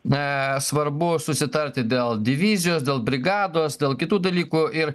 na svarbu susitarti dėl divizijos dėl brigados dėl kitų dalykų ir